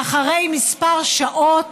ואחרי כמה שעות